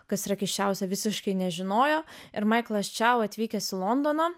kas yra keisčiausia visiškai nežinojo ir maiklas čiau atvykęs į londoną